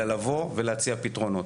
אלא לבוא ולהציע פתרונות.